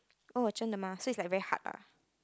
oh zhen de ma so is like very hard ah